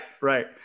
right